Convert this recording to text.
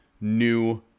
new